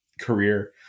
career